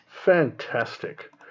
Fantastic